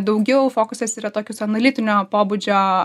daugiau fokusas yra tokius analitinio pobūdžio